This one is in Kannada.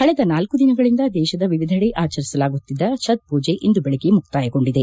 ಕಳೆದ ನಾಲ್ಲು ದಿನಗಳಿಂದ ದೇಶದ ವಿವಿಧೆಡೆ ಆಚರಿಸಲಾಗುತ್ತಿದ್ದ ಛತ್ ಪೂಜೆ ಇಂದು ಬೆಳಗ್ಗೆ ಮುಕ್ತಾಯಗೊಂಡಿದೆ